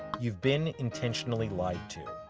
you've been intentionally lied to.